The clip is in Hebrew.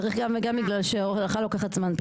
צריך גם וגם בגלל שפיתוח הולכה לוקח זמן.